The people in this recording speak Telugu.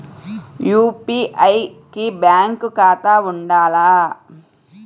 యూ.పీ.ఐ కి బ్యాంక్ ఖాతా ఉండాల?